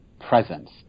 presence